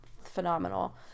phenomenal